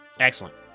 Excellent